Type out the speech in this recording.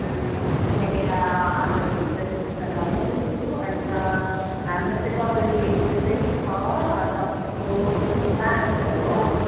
त्यहाँनिर आउँदाखेरि हुन् त रिसिप्सनमा मै हुन्छु अन्त हाम्रो चाहिँ डबल बेडको चाहिँ छ तपाईँको बाह्र सौ हो